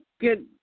Good